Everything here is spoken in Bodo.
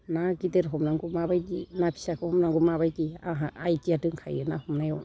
ना गिदिर हमनांगौ माबायदि ना फिसाखौ हमनांगौ माबायदि आंहा आइडिया दंखायो ना हमनायाव